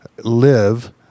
live